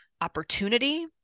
opportunity